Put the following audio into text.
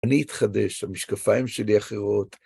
אני אתחדש, המשקפיים שלי אחרות.